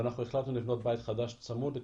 החלטנו לבנות בית חדש צמוד.